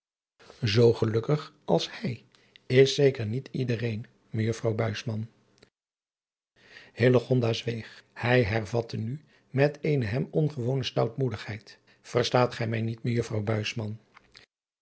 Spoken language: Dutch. oo gelukkig als hij is zeker niet iedereen ejuffrouw zweeg ij hervatte nu met eene hem ongewone stout driaan oosjes zn et leven van illegonda uisman moedigheid erstaat gij mij niet ejuffrouw